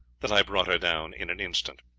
that i brought her down in an instant.